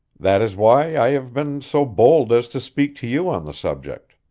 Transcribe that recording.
that is why i have been so bold as to speak to you on the subject.